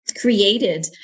Created